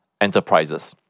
enterprises